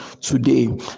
today